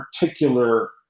particular